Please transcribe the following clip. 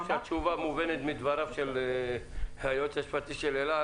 אני חושב שהתשובה מובנית מדבריו של היועץ המשפטי של אל על,